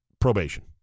probation